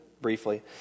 briefly